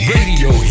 Radio